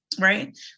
right